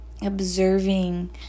observing